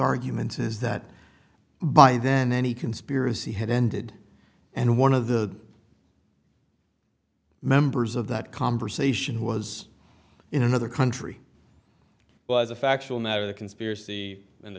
argument is that by then any conspiracy had ended and one of the members of that conversation who was in another country well as a factual matter the conspiracy in the